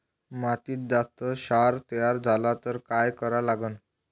मातीत जास्त क्षार तयार झाला तर काय करा लागन?